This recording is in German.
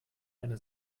eine